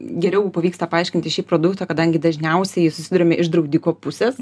geriau pavyksta paaiškinti šį produktą kadangi dažniausiai susiduriame iš draudiko pusės